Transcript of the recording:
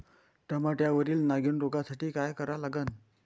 टमाट्यावरील नागीण रोगसाठी काय करा लागन?